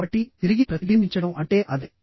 కాబట్టి తిరిగి ప్రతిబింబించడం అంటే అదే